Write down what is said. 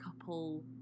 couple